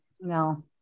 no